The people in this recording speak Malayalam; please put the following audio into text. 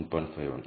21 1